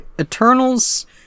eternals